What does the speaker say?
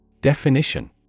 Definition